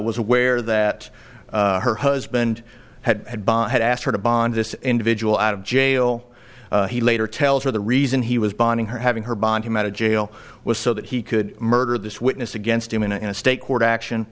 was aware that her husband had been had asked her to bond this individual out of jail he later tells her the reason he was bonding her having her bond him out of jail was so that he could murder this witness against him in a state court action